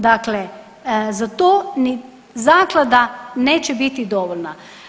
Dakle, za to ni zaklada neće biti dovoljna.